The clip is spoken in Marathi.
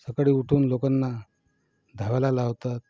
सकाळी उठून लोकांना धावायला लावतात